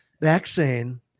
vaccine